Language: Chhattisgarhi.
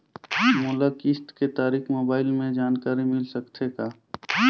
मोला किस्त के तारिक मोबाइल मे जानकारी मिल सकथे का?